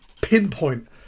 pinpoint